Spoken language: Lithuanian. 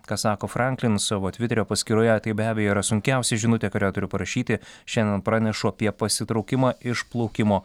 ką sako franklin savo tviterio paskyroje tai be abejo yra sunkiausia žinutė kurią turiu parašyti šiandien pranešu apie pasitraukimą iš plaukimo